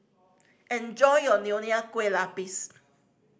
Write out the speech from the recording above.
enjoy your Nonya Kueh Lapis